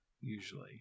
usually